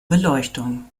beleuchtung